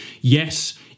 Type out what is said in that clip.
Yes